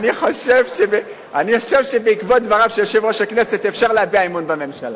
אני חושב שבעקבות דבריו של יושב-ראש הכנסת אפשר להביע אמון בממשלה.